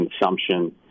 consumption